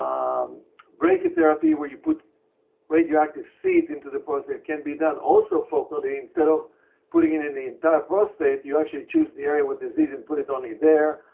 brachytherapy where you put radioactive seeds into the prostate can be done also focally. instead of putting it in the entire prostate, you actually choose the area with disease and put it only there.